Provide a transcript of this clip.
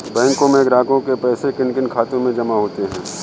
बैंकों में ग्राहकों के पैसे किन किन खातों में जमा होते हैं?